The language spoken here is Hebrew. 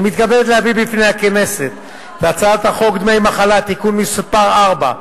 אני מתכבד להביא בפני הכנסת את הצעת חוק דמי מחלה (תיקון מס' 4),